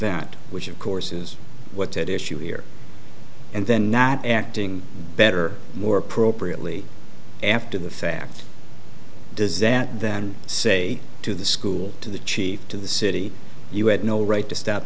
event which of course is what's at issue here and then not acting better more appropriately after the fact does that then say to the school to the chief to the city you had no right to stop